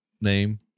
name